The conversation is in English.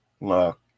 look